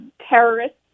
terrorists